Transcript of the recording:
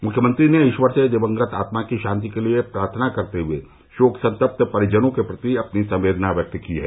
मुख्यमंत्री ने ईश्वर से दिवंगत आत्मा की शान्ति के लिए प्रार्थना करते हुए शोक संतप्त परिजनों के प्रति अपनी संवेदना व्यक्त की है